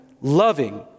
loving